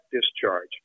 discharge